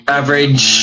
average